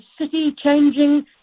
city-changing